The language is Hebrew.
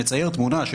שמצייר תמונה,